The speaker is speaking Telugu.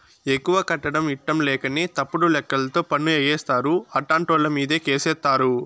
ఎక్కువ కట్టడం ఇట్టంలేకనే తప్పుడు లెక్కలతో పన్ను ఎగేస్తారు, అట్టాంటోళ్ళమీదే కేసేత్తారు